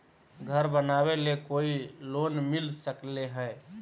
घर बनावे ले कोई लोनमिल सकले है?